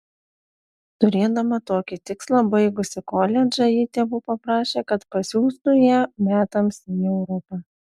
turėdama tokį tikslą baigusi koledžą ji tėvų paprašė kad pasiųstų ją metams į europą